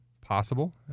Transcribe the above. Possible